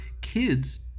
kids